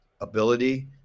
ability